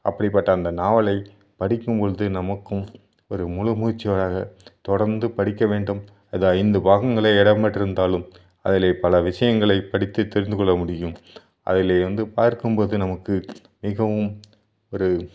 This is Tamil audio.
அப்படிப்பட்ட அந்த நாவலை படிக்கும்பொழுது நமக்கும் ஒரு முழுமூச்சாக தொடர்ந்து படிக்க வேண்டும் அந்த ஐந்து பாகங்களில் இடம் பெற்றிருந்தாலும் அதில் பல விஷயங்களை படித்து தெரிந்துக்கொள்ள முடியும் அதில் வந்து பார்க்கும் போது நமக்கு மிகவும் ஒரு